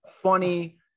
funny